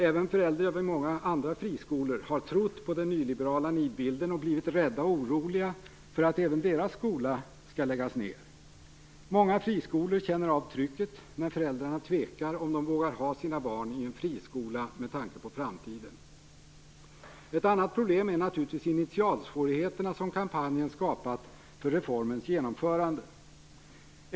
Även föräldrar vid många andra friskolor har trott på den nyliberala nidbilden och blivit rädda och oroliga för att även deras skola skall läggas ned. Många friskolor känner av trycket när föräldrarna tvekar om de vågar ha sina barn i en friskola med tanke på framtiden. Ett annat problem är naturligtvis de initialsvårigheter som kampanjen skapat för reformens genomförande.